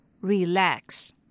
Relax